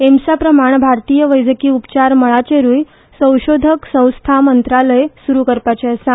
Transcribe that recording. एम्साप्रमाण भारतीय वैजकी उपचार मळाचेरूय संशोधक संस्था मंत्रालय सुरू करपाचे आसा